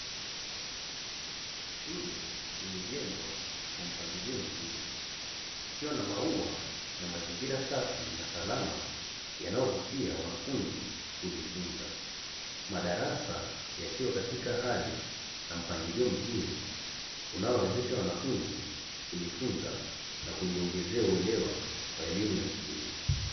Shule imejengwa kwa mpangilio mzuri ikiwa na maua, na mazingira safi na salama yanayovutia wanafunzi kujifunza. Madarasa yakiwa katika hali na mpangilio mzuri unaowezesha wanafunzi kujifunza na kujiongezea uwelewa wa elimu ya msingi.